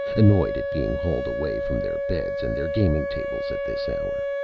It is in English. annoyed at being hauled away from their beds and their gaming tables at this hour.